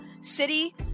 city